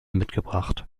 mitgebracht